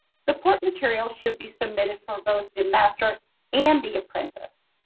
support materials should be submitted for both the master and the apprentice.